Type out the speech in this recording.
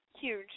huge